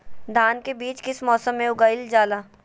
धान के बीज किस मौसम में उगाईल जाला?